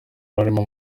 harimo